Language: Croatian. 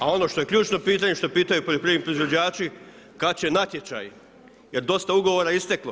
A ono što je ključno pitanje, što pitaju poljoprivredni proizvođači kad će natječaj jer dosta je ugovora isteklo.